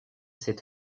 cette